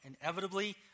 inevitably